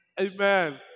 Amen